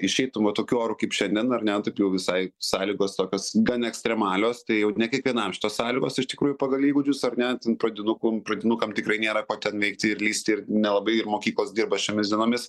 išeitum va tokiu oru kaip šiandien ar ne taip jau visai sąlygos tokios gan ekstremalios tai jau ne kiekvienam šitos sąlygos iš tikrųjų pagal įgūdžius ar ne ten pradinukų pradinukam tikrai nėra ko ten veikti ir lysti ir nelabai ir mokyklos dirba šiomis dienomis